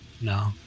no